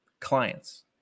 clients